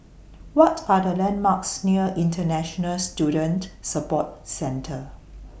What Are The landmarks near International Student Support Centre